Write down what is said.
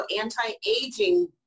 anti-aging